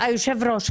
היושב-ראש,